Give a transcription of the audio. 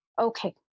Okay